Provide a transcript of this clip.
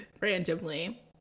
randomly